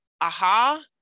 aha